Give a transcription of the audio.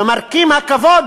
ומרכיב הכבוד,